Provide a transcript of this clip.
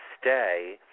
stay